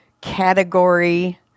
category